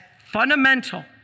fundamental